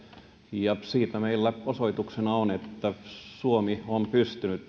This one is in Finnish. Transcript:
ja siitä meillä osoituksena on se että suomen vientiteollisuus on pystynyt